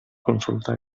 consultar